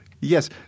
Yes